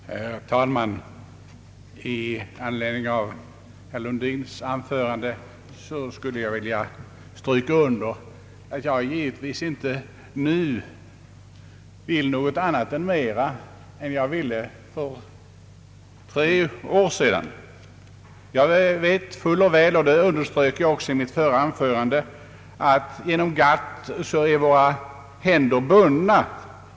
Herr talman! I anledning av herr Lundins anförande skulle jag vilja stryka under att jag givetvis inte nu vill något annat eller mera än vad jag ville för tre år sedan. Jag vet fuller väl — och det underströk jag också i mitt förra anförande — att inom GATT är våra händer bundna.